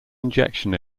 injection